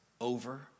over